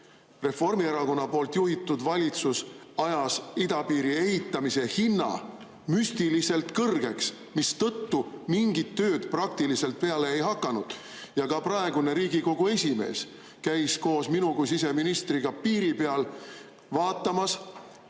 Reformierakonna juhitud valitsus ajas idapiiri ehitamise hinna müstiliselt kõrgeks, mistõttu mingid tööd praktiliselt peale ei hakanud. Ka praegune Riigikogu esimees käis koos minu kui siseministriga piiri peal vaatamas,